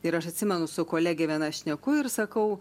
ir aš atsimenu su kolege viena šneku ir sakau